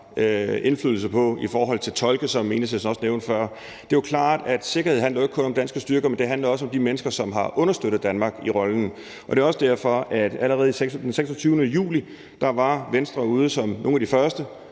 indflydelse på med hensyn til tolke, som Enhedslisten også nævnte før. Det er jo klart, at sikkerhed ikke kun handler om danske styrker – det handler jo også om de mennesker, som har understøttet Danmark i rollen. Det er også derfor, at Venstre allerede den 26. juli var ude som nogle af de første